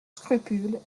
scrupule